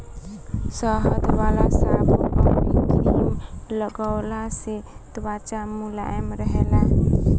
शहद वाला साबुन अउरी क्रीम लगवला से त्वचा मुलायम रहेला